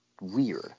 weird